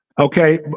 Okay